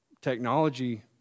technology